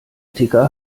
ticker